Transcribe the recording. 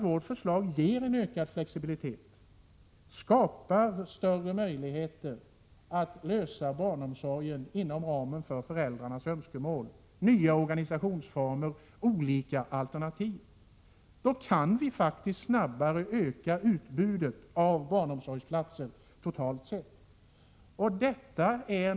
Vårt förslag ger ökad flexibilitet och skapar större möjligheter att klara av barnomsorgen inom ramen för föräldrarnas önskemål. Det ger möjligheter till nya organisationsformer och olika alternativ. Därigenom kan vi snabbare öka utbudet av barnomsorgsplatser, totalt sett, och det behövs.